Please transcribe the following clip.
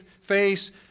face